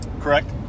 correct